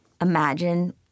imagine